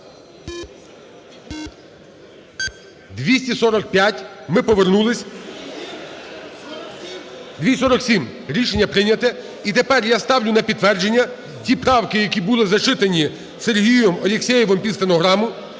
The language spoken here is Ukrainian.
За-247 Ми повернулися. 247. Рішення прийняте. І тепер я ставлю на підтвердження ті правки, які були зачитані Сергієм Алєксєєвим під стенограму